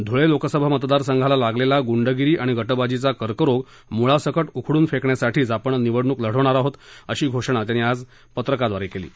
धुळे लोकसभा मतदारसंघाला लागलेला गुंडगिरी आणि गटबाजीचा कर्करोग मुळासकट उखडून फेकण्यासाठीच आपण निवडणूक लढवणार आहोत अशी घोषणा त्यांनी आज पत्रकाद्वारे केली आहे